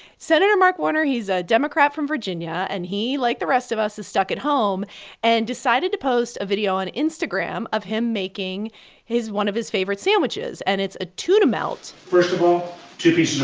sen. mark warner he's a democrat from virginia. and he, like the rest of us, is stuck at home and decided to post a video on instagram of him making his one of his favorite sandwiches. and it's a tuna melt first of all, two pieces